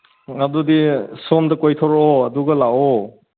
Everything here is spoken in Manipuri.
ꯑꯗꯨꯗꯤ ꯁꯣꯝꯗ ꯀꯣꯏꯊꯣꯔꯛꯑꯣ ꯑꯗꯨꯒ ꯂꯥꯛꯑꯣ